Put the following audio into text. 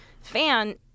fan